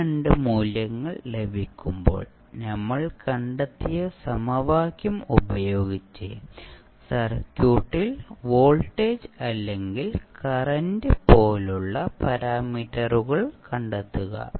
ഈ രണ്ട് മൂല്യങ്ങൾ ലഭിക്കുമ്പോൾ നമ്മൾ കണ്ടെത്തിയ സമവാക്യം ഉപയോഗിച്ച് സർക്യൂട്ടിൽ വോൾട്ടേജ് അല്ലെങ്കിൽ കറന്റ് പോലുള്ള പാരാമീറ്ററുകൾ കണ്ടെത്തുക